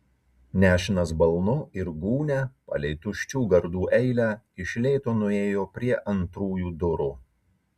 nešinas balnu ir gūnia palei tuščių gardų eilę iš lėto nuėjo prie antrųjų durų